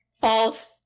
false